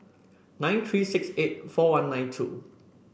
nine three six eight four one nine two